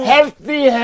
Healthy